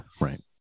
right